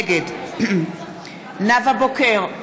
נגד נאוה בוקר,